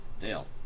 Dale